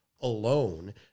alone